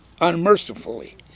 unmercifully